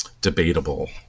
debatable